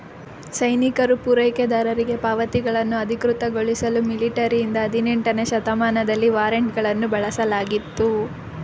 ಸೈನಿಕರು ಪೂರೈಕೆದಾರರಿಗೆ ಪಾವತಿಗಳನ್ನು ಅಧಿಕೃತಗೊಳಿಸಲು ಮಿಲಿಟರಿಯಿಂದ ಹದಿನೆಂಟನೇ ಶತಮಾನದಲ್ಲಿ ವಾರೆಂಟ್ಗಳನ್ನು ಬಳಸಲಾಗಿತ್ತು